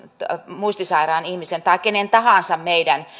muistisairaan ihmisen tai kenen tahansa meidän